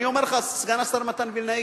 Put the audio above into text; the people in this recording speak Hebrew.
ואני אומר לך, סגן השר מתן וילנאי: